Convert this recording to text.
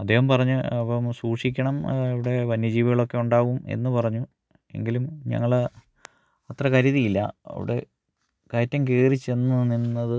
അദ്ദേഹം പറഞ്ഞു അപ്പോൾ നമ്മൾ സൂക്ഷിക്കണം അവിടെ വന്യജീവികളൊക്കെ ഉണ്ടാകും എന്നു പറഞ്ഞു എങ്കിലും ഞങ്ങൾ അത്ര കരുതിയില്ല അവിടെ കയറ്റം കയറിച്ചെന്നു നിന്നത്